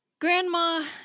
Grandma